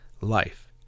life